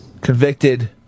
Convicted